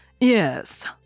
Yes